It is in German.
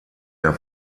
der